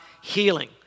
healing